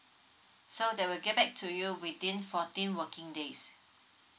so they will get back to you between fourteen working days